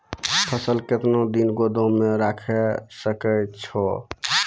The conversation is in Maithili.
फसल केतना दिन गोदाम मे राखै सकै छौ?